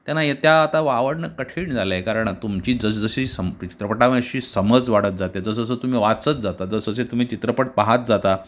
त्या नाही आहे त्या आता आवडणं कठीण झालं आहे कारण तुमची जसजशी संप चित्रपटामध्ये अशी समज वाढत जाते जसजसं तुम्ही वाचत जाता जसजसे तुम्ही चित्रपट पाहत जाता